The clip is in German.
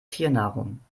tiernahrung